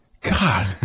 God